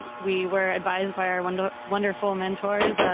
we were advised by our wonderful wonderful mentors,